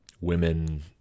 women